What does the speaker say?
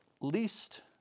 least